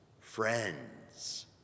friends